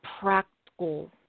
practical